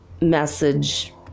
message